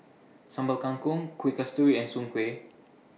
Sambal Kangkong Kuih Kasturi and Soon Kway